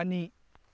ꯑꯅꯤ